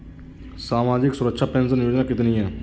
सामाजिक सुरक्षा पेंशन योजना कितनी हैं?